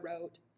wrote